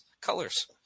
colors